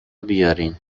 بیارین